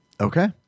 Okay